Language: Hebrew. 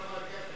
בוא נאמר ככה,